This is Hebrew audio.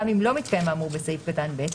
גם אם לא מתקיים האמור בסעיף קטן (ב),